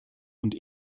und